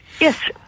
Yes